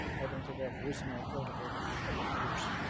i don't think i have risen on a point of order for a couple of years.